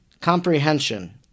comprehension